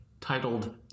titled